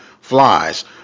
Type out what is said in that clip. flies